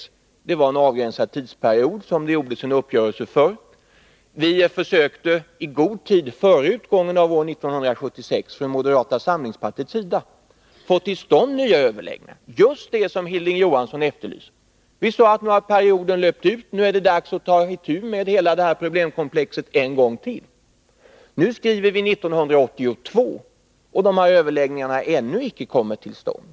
Det var alltså för en avgränsad tidsperiod som man träffade en uppgörelse. Vi försökte från moderata samlingspartiets sida i god tid före utgången av 1976 få till stånd sådana nya överläggningar som Hilding Johansson nyss efterlyste. Vi sade att perioden nu är slut och att det nu är dags att ta itu med hela problemkomplexet en gång till. I dag skriver vi 1982, och sådana överläggningar har ännu icke kommit till stånd.